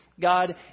God